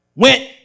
Went